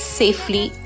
safely